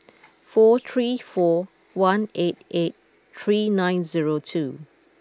four three four one eight eight three nine zero two